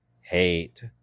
hate